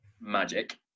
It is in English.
magic